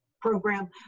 program